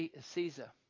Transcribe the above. Caesar